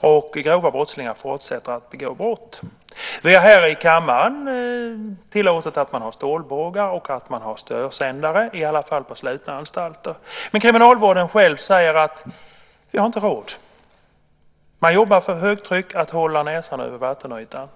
och grova brottslingar fortsätter att begå brott. Vi har här i kammaren tillåtit att man har stålbågar och att man har störsändare, i varje fall på slutna anstalter. Men inom kriminalvården säger man själv: Vi har inte råd. Man jobbar för högtryck för att hålla näsan över vattenytan.